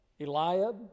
Eliab